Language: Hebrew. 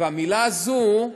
והמילה הזאת,